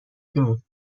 جون